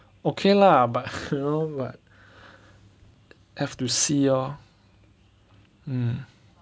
okay lah but you know but have to see lor